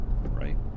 right